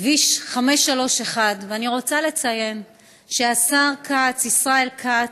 כביש 531, ואני רוצה לציין שהשר כץ, ישראל כץ,